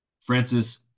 Francis